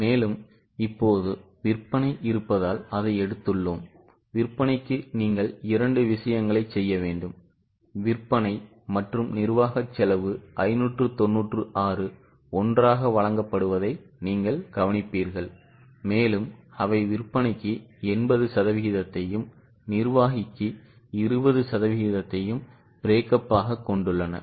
எனவே இப்போது விற்பனை இருப்பதால் அதை எடுத்துள்ளோம்விற்பனைக்கு நீங்கள் இரண்டு விஷயங்களைச் செய்ய வேண்டும் விற்பனை மற்றும் நிர்வாகச் செலவு 596 ஒன்றாக வழங்கப்படுவதை நீங்கள் கவனிப்பீர்கள் மேலும் அவை விற்பனைக்கு 80 சதவிகிதத்தையும் நிர்வாகிக்கு 20 சதவிகிதத்தையும் பிரேக்கப் ஆக கொண்டுள்ளன